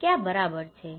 કે આ બરાબર છે